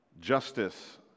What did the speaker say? justice